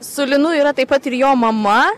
su linu yra taip pat ir jo mama